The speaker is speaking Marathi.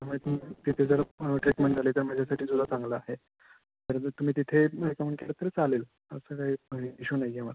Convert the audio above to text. माहीत नाही तिथे जर ट्रीटमेंट झाली तर माझ्यासाठी सुद्धा चांगलं आहे तरी जर तुम्ही तिथे रिकमेंड केलं तरी चालेल असा काही म्हणजे इश्यू नाही आहे मला